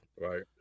Right